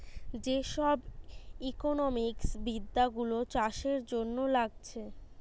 যে সব ইকোনোমিক্স বিদ্যা গুলো চাষের জন্যে লাগছে